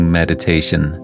meditation